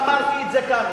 אמרתי את זה כאן,